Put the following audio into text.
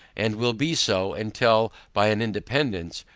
and will be so, until, by an independance,